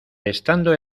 estando